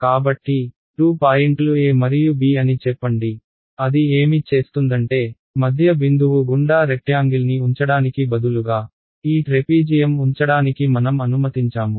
కాబట్టి 2 పాయింట్లు a మరియు b అని చెప్పండి అది ఏమి చేస్తుందంటే మధ్య బిందువు గుండా రెక్ట్యాంగిల్ని ఉంచడానికి బదులుగా ఈ ట్రెపీజియం ఉంచడానికి మనం అనుమతించాము